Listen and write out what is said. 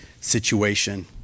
situation